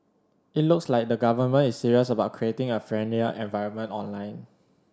it looks like the Government is serious about creating a friendlier environment online